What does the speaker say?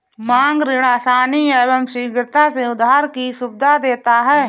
मांग ऋण आसानी एवं शीघ्रता से उधार की सुविधा देता है